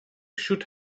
should